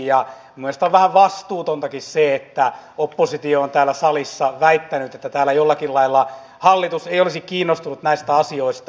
minusta on vähän vastuutontakin se että oppositio on täällä salissa väittänyt että täällä jollakin lailla hallitus ei olisi kiinnostunut näistä asioista